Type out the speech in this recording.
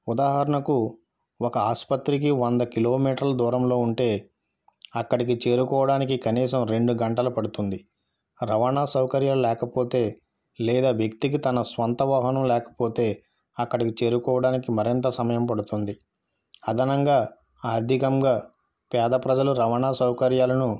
ఉదాహరణకు ఒక ఆస్పత్రికి వంద కిలోమీటర్ల దూరంలో ఉంటే అక్కడికి చేరుకోవడానికి కనీసం రెండు గంటలు పడుతుంది రవాణా సౌకర్యాలు లేకపోతే లేదా వ్యక్తికి తన సొంత వాహనం లేకపోతే అక్కడికి చేరుకోవడానికి మరింత సమయం పడుతుంది అదనంగా ఆర్థికంగాపేద ప్రజలు రవాణా సౌకర్యాలను